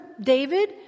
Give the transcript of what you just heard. David